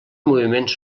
moviments